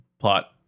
plot